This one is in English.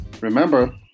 Remember